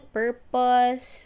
purpose